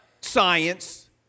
science